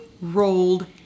rolled